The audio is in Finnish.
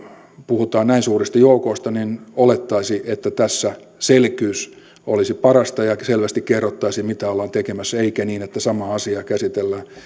puhutaan näin suurista joukoista niin olettaisi että tässä selkeys olisi parasta ja ja selvästi kerrottaisiin mitä ollaan tekemässä eikä niin että samaa asiaa käsitellään